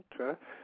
Okay